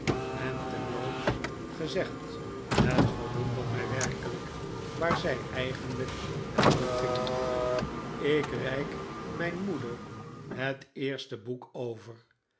en terloops gezegd het verwondert mij werkelijk waar zij eigenlijk naar toe gingen ik reik mijn moeder het eerste boek over